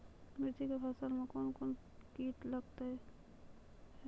मिर्ची के फसल मे कौन कौन कीट लगते हैं?